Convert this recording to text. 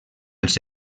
els